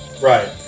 Right